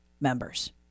members